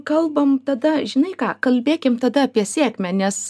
kalbam tada žinai ką kalbėkim tada apie sėkmę nes